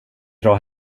dra